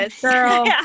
Girl